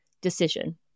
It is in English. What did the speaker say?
decision